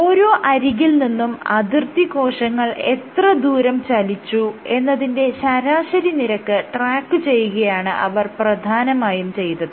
ഓരോ അരികിൽ നിന്നും അതിർത്തി കോശങ്ങൾ എത്ര ദൂരം ചലിച്ചു എന്നതിന്റെ ശരാശരി നിരക്ക് ട്രാക്കുചെയ്യുകയാണ് അവർ പ്രധാനമായും ചെയ്തത്